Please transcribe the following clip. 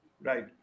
Right